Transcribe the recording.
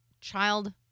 child